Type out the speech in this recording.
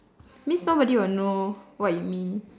means nobody will know what you mean